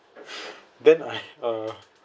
then I uh